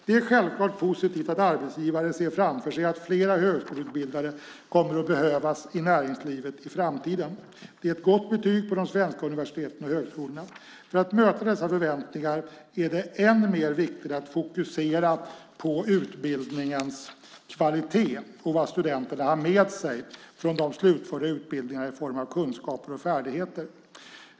Det är självklart positivt att arbetsgivare ser framför sig att flera högskoleutbildade kommer att behövas i näringslivet i framtiden. Det är ett gott betyg på de svenska universiteten och högskolorna. För att möta dessa förväntningar är det än mer viktigt att fokusera på utbildningens kvalitet och vad studenterna har med sig från de slutförda utbildningarna i form av kunskaper och färdigheter.